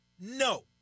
No